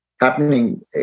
happening